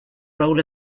role